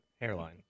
Hairline